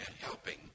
helping